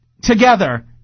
together